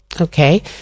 Okay